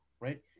right